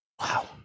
Wow